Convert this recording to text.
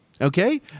Okay